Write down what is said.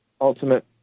ultimate